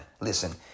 Listen